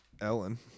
Ellen